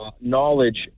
knowledge